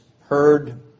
heard